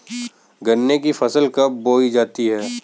गन्ने की फसल कब बोई जाती है?